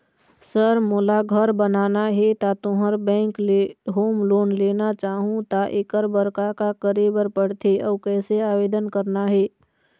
Sir मोला घर बनाना हे ता तुंहर बैंक ले होम लोन लेना चाहूँ ता एकर बर का का करे बर पड़थे अउ कइसे आवेदन करना हे?